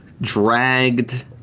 Dragged